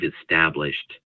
established